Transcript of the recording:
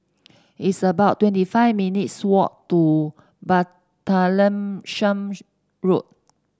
it's about twenty five minutes' walk to Martlesham Road